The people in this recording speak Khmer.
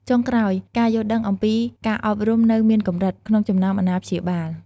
ចុងក្រោយ ការយល់ដឹងអំពីការអប់រំនៅមានកម្រិត ក្នុងចំណោមអាណាព្យាបាល។